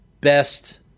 best